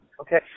Okay